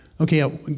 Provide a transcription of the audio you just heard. Okay